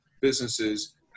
businesses